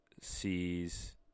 sees